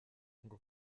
ngo